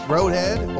Roadhead